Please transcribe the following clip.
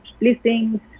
listings